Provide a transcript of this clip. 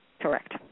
Correct